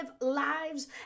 lives